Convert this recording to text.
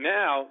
now